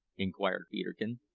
inquired peterkin.